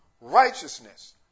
righteousness